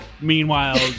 Meanwhile